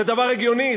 זה דבר הגיוני,